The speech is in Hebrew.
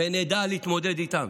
ונדע להתמודד איתם.